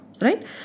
right